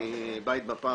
מבית בפארק,